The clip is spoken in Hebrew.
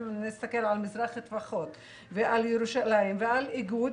אם נסתכל על מזרחי טפחות ועל ירושלים ועל איגוד,